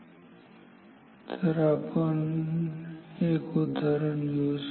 त्यामुळे आपण एक उदाहरण घेऊ ठीक आहे